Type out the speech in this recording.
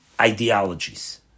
ideologies